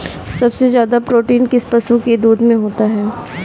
सबसे ज्यादा प्रोटीन किस पशु के दूध में होता है?